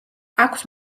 აქვს